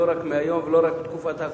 לא רק מהיום ולא רק עם תקופת ההקפאה.